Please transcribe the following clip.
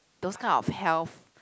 those kind of health